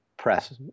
press